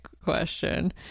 question